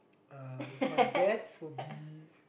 uh my best will be